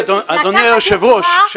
אדוני היושב ראש,